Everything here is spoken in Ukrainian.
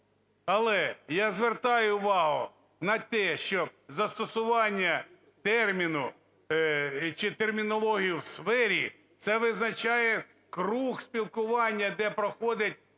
Але я звертаю увагу на те, що застосування терміну чи термінології в сфері, це визначає круг спілкування, де проходить реалізація